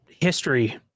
history